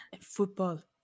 football